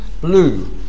blue